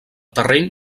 terreny